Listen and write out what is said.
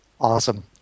awesome